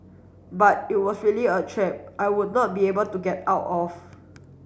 but it was really a trap I would not be able to get out of